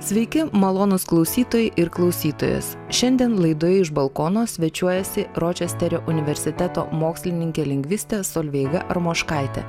sveiki malonūs klausytojai ir klausytojos šiandien laidoje iš balkono svečiuojasi ročesterio universiteto mokslininkė lingvistė solveiga armoškaitė